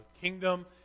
kingdom